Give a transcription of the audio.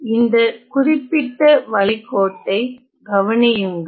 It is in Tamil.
எனவே இந்த குறிப்பிட்ட வளைக்கோட்டை கவனியுங்கள்